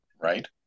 right